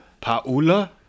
paula